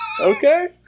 Okay